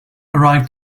arrived